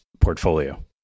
portfolio